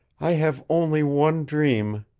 i have only one dream,